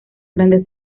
grandes